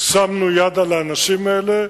שמנו יד על האנשים האלה,